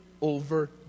over